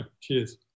Cheers